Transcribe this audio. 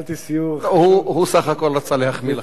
ביטלתי סיור, הוא סך הכול רצה להחמיא לך.